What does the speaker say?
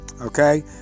okay